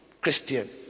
christian